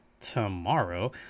tomorrow